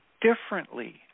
differently